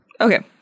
okay